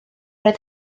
oedd